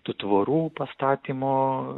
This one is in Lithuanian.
tų tvorų pastatymo